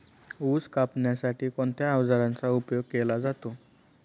ऊस कापण्यासाठी कोणत्या अवजारांचा उपयोग केला जातो?